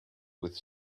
with